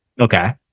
Okay